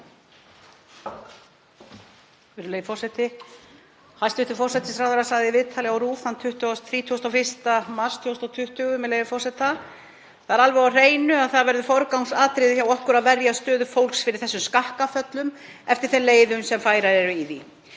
„Það er alveg á hreinu að það verði forgangsatriði hjá okkur að verja stöðu fólks fyrir þessum skakkaföllum eftir þeim leiðum sem færar eru í því.“